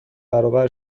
برابر